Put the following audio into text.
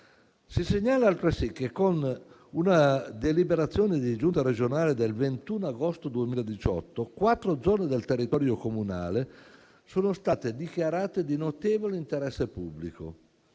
Si segnala altresì che, con una deliberazione di giunta regionale del 21 agosto 2018, quattro zone del territorio comunale sono state dichiarate di notevole interesse pubblico.